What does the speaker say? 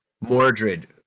Mordred